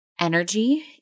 energy